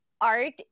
art